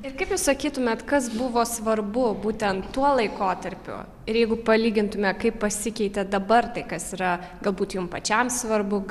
ir kaip jūs sakytumėt kas buvo svarbu būtent tuo laikotarpiu ir jeigu palygintume kaip pasikeitė dabar tai kas yra galbūt jum pačiam svarbu